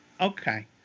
Okay